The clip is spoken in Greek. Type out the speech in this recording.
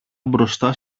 μπροστά